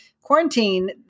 quarantine